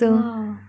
!wah!